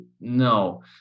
No